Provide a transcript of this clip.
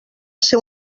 ser